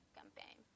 campaign